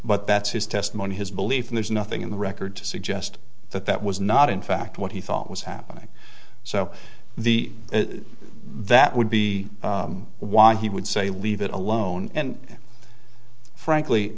but that's his testimony his belief and there's nothing in the record to suggest that that was not in fact what he thought was happening so the that would be why he would say leave it alone and frankly